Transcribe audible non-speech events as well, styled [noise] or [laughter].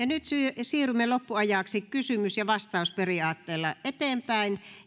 [unintelligible] nyt siirrymme loppuajaksi kysymys ja vastaus periaatteella eteenpäin